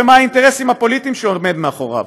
ומה האינטרסים הפוליטיים שעומדים מאחוריו.